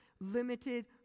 limited